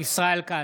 ישראל כץ,